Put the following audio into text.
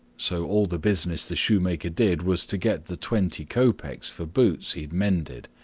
so all the business the shoemaker did was to get the twenty kopeks for boots he had mended,